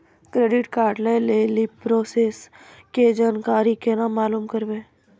Credit card लय लेली process के जानकारी केना मालूम करबै?